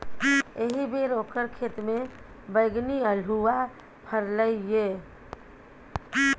एहिबेर ओकर खेतमे बैगनी अल्हुआ फरलै ये